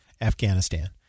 Afghanistan